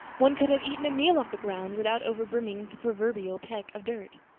one could have eaten a meal off the ground without over-brimming proverbial peck of dirt.